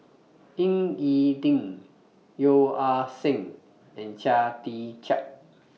Ying E Ding Yeo Ah Seng and Chia Tee Chiak